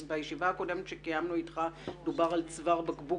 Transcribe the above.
בפגישה הקודמת שקיימנו אתך דובר על צוואר בקבוק